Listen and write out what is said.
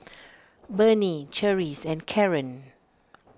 Bernie Charisse and Karren